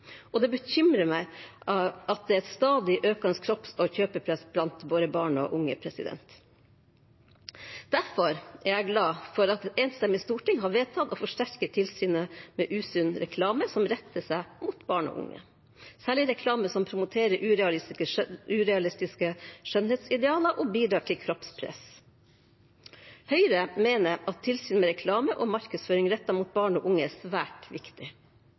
Det bekymrer meg at det er et stadig økende kropps- og kjøpepress blant våre barn og unge. Derfor er jeg glad for at et enstemmig storting har vedtatt å forsterke tilsynet med usunn reklame som retter seg mot barn og unge, særlig reklame som promoterer urealistiske skjønnhetsidealer og bidrar til kroppspress. Høyre mener at tilsyn med reklame og markedsføring rettet mot barn og unge er svært viktig,